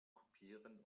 kopieren